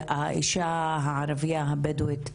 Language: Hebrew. האישה הערבייה הבדואית,